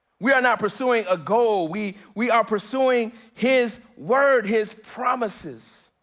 we're not pursuing a goal, we we are pursuing his word, his promises